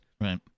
Right